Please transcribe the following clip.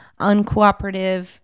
uncooperative